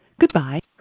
Goodbye